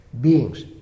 beings